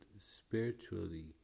spiritually